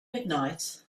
midnight